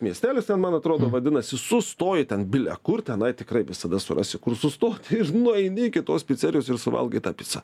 miestelis ten man atrodo vadinasi sustoji ten bile kur tenai tikrai visada surasi kur sustoti ir nueini iki tos picerijos ir suvalgai tą picą